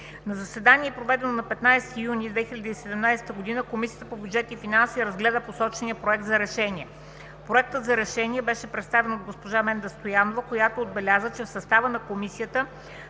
На заседание, проведено на 15 юни 2017 г., Комисията по бюджет и финанси разгледа посочения Проект за решение. Проектът за решение беше представен от госпожа Менда Стоянова, която отбеляза, че в състава на Комисията